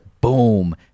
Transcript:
boom